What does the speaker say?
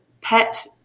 PET